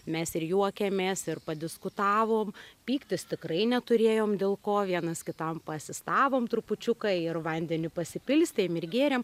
mes ir juokėmės ir padiskutavom pyktis tikrai neturėjome dėl ko vienas kitam paasistavom trupučiuką ir vandeniu pasipilstėm ir gėrėm